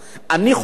אני חושב